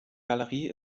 galerie